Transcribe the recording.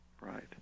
Right